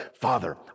father